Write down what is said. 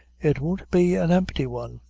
it won't be an empty one.